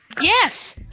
yes